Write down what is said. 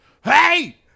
hey